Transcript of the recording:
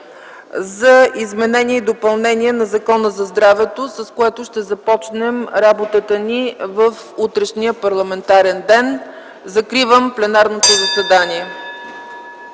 за изменение и допълнение на Закона за здравето. С него ще започне работата ни в утрешния пленарен ден. Закривам пленарното заседание.